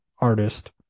artist